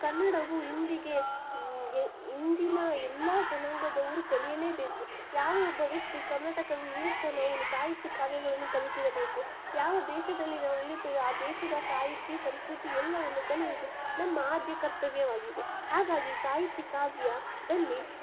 ಕನ್ನಡವು ಇಂದಿಗೆ ಇಂದಿನ ಎಲ್ಲ ಜನಾಂಗದವರು ಕಲಿಯಲೇಬೇಕು ಯಾವ ಒಬ್ಬ ವ್ಯಕ್ತಿ ಕರ್ನಾಟಕದಲ್ಲಿ ಇರುತ್ತಾನೋ ಅವನು ಸಾಹಿತ್ಯ ಕಾವ್ಯಗಳನ್ನು ಕಲಿತಿರಬೇಕು ಯಾವ ದೇಶದಲ್ಲಿ ನಾವಿರುತ್ತೇವೋ ಆ ದೇಶದ ಸಾಹಿತ್ಯ ಸಂಸ್ಕೃತಿ ಎಲ್ಲವನ್ನೂ ಕಲಿಯುವುದು ನಮ್ಮ ಆದ್ಯ ಕರ್ತವ್ಯವಾಗಿದೆ ಹಾಗಾಗಿ ಸಾಹಿತ್ಯ ಕಾವ್ಯದಲ್ಲಿ